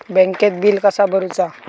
बँकेत बिल कसा भरुचा?